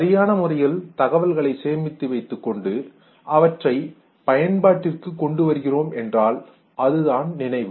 சரியான முறையில் தகவல்களை சேமித்து வைத்துக் கொண்டு அவற்றை பயன்பாட்டிற்கு கொண்டு வருகிறோம் என்றால் அதுதான் நினைவு